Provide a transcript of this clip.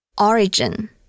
Origin